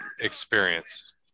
experience